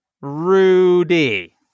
Rudy